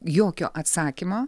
jokio atsakymo